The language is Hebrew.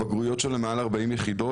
הבגרויות שלו מעל 40 יחידות,